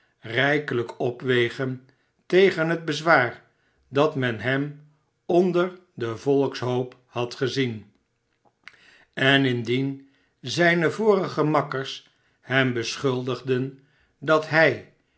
rijkelijk opwegen tegen het bezwaar dat men hem onder den volkshoop had gezien en indien zijne vorige makkers hem beschuldigden dat hij